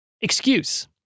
Excuse